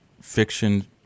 fiction